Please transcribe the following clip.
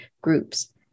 groups